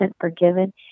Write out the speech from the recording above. forgiven